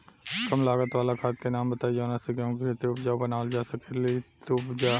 कम लागत वाला खाद के नाम बताई जवना से गेहूं के खेती उपजाऊ बनावल जा सके ती उपजा?